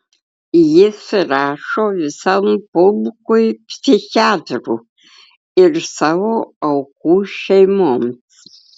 jis rašo visam pulkui psichiatrų ir savo aukų šeimoms